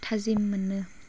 थाजिम मोनो